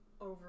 over